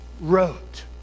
wrote